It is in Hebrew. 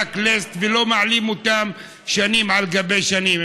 list ולא מעלים אותם שנים על גבי שנים,